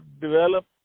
develop